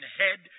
head